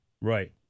Right